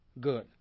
good